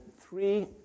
three